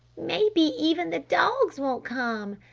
maybe even the dogs won't come!